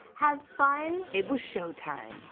have fun. it was showtime.